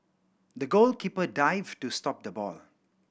the goalkeeper dived to stop the ball